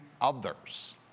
others